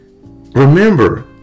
remember